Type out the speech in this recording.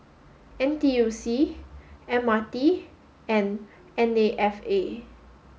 N T U C M R T and N A F A